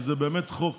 כי זה באמת חוק